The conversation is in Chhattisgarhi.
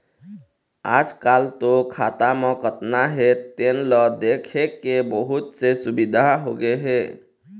आजकाल तो खाता म कतना हे तेन ल देखे के बहुत से सुबिधा होगे हे